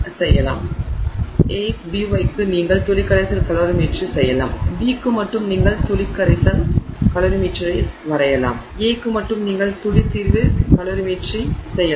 எனவே Ax By க்கு நீங்கள் துளி கரைசல் கலோரிமீட்டரி செய்யலாம் B க்கு மட்டும் நீங்கள் துளி கரைசல் கலோரிமீட்டரை வரையலாம் A க்கு மட்டும் நீங்கள் துளி தீர்வு கலோரிமீட்டரி செய்யலாம்